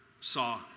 saw